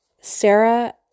Sarah